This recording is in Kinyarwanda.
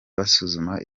basuzuma